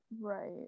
right